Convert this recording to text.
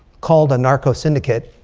called anarco syndicate